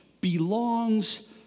belongs